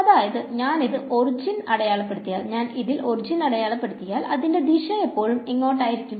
അതായത് ഞാൻ ഇത് ഒർജിനിൽ അടയാളപ്പെടുത്തിയാൽ അതിന്റെ ദിശ എപ്പോഴും എങ്ങോട്ടായിരിക്കും